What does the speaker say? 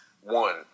one